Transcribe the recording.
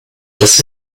das